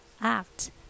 act